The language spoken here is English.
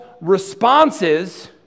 responses